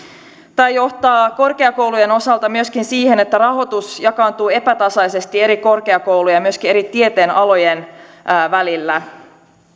tämä johtaa korkeakoulujen osalta myöskin siihen että rahoitus jakaantuu epätasaisesti eri korkeakoulujen ja myöskin eri tieteenalojen välillä